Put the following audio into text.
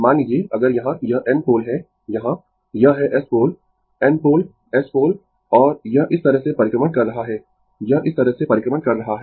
मान लीजिए अगर यहां यह N पोल है यहाँ यह है S pole N pole S pole और यह इस तरह से परिक्रमण कर रहा है यह इस तरह से परिक्रमण कर रहा है